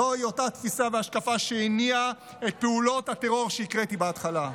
זוהי אותה תפיסה והשקפה שהניעה את פעולות הטרור שהקראתי בהתחלה.